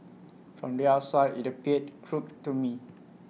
from the outside IT appeared crooked to me